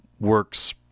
works